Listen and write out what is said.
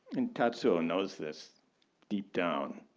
and tatsuo knows this deep down.